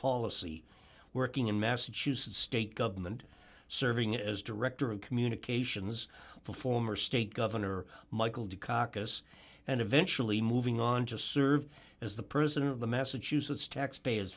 policy working in massachusetts state government serving as director of communications for former state governor michael dukakis and eventually moving on to serve as the president of the massachusetts taxpayers